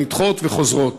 ונדחות וחוזרות.